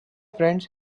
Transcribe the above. friends